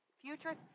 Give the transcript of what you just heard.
future